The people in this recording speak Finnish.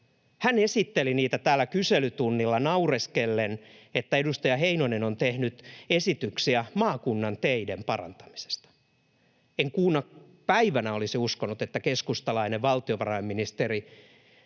Hän esitteli niitä täällä kyselytunnilla naureskellen, että edustaja Heinonen on tehnyt esityksiä maakunnan teidän parantamisesta. En kuuna päivänä olisi uskonut, että keskustalainen valtiovarainministeri